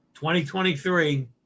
2023